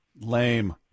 Lame